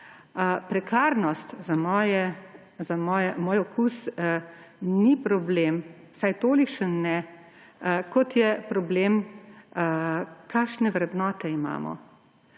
Prekarnost za moj okus ni problem, vsaj tolikšen ne, kot je problem, kakšne vrednote imamo,